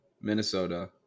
Minnesota